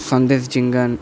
Sandesh Jhingan